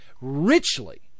richly